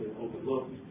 overlooked